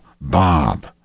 Bob